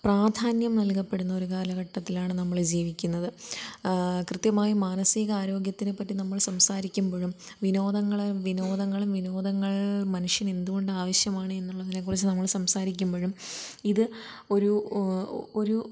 പ്രാധാന്യം നൽകപ്പെടുന്ന ഒരു കാലഘട്ടത്തിലാണ് നമ്മൾ ഈ ജീവിക്കുന്നത് കൃത്യമായും മാനസികാരോഗ്യത്തിനെ പറ്റി നമ്മൾ സംസാരിക്കുമ്പോഴും വിനോദങ്ങളെ വിനോദങ്ങളും വിനോദങ്ങൾ മനുഷ്യന് എന്ത് കൊണ്ട് ആവശ്യമാണ് എന്നുള്ളതിനെ കുറിച്ച് നമ്മൾ സംസാരിക്കുമ്പോഴും ഇത് ഒരു ഒരു